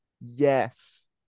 yes